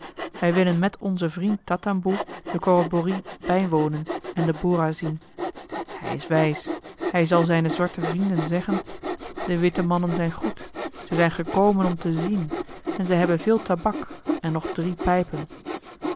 wij willen met onzen vriend tatamboe de corroborrie bijwonen en de bora zien hij is wijs hij zal zijnen zwarte vrienden zeggen de witte mannen zijn goed zij zijn gekomen om te zien en zij hebben veel tabak en nog drie pijpen